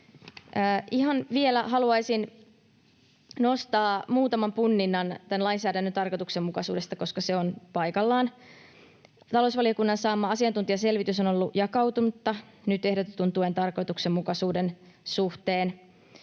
Ihan vielä haluaisin nostaa muutaman punninnan tämän lainsäädännön tarkoituksenmukaisuudesta, koska se on paikallaan. Talousvaliokunnan saama asiantuntijaselvitys on ollut jakautunutta nyt ehdotetun tuen tarkoituksenmukaisuuden suhteen.